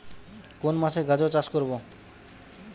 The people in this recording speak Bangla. কোন মাসে গাজর চাষ করব?